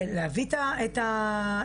זה להביא את הבעיות,